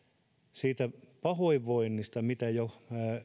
siitä pahoinvoinnista mitä jo